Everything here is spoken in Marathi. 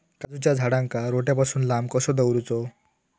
काजूच्या झाडांका रोट्या पासून लांब कसो दवरूचो?